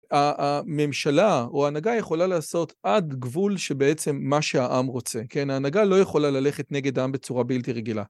הממשלה או ההנהגה יכולה לעשות עד גבול שבעצם מה שהעם רוצה, ההנהגה לא יכולה ללכת נגד העם בצורה בלתי רגילה.